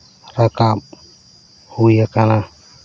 ᱨᱟᱠᱟᱵ ᱦᱩᱭᱟᱠᱟᱱᱟ